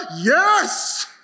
yes